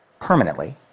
permanently